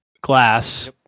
glass